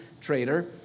trader